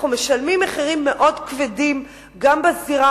אנחנו משלמים מחירים מאוד כבדים גם בזירה